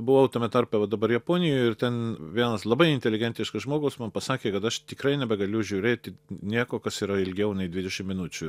buvau tame tarpe va dabar japonijoj ir ten vienas labai inteligentiškas žmogus man pasakė kad aš tikrai nebegaliu žiūrėti nieko kas yra ilgiau nei dvidešim minučių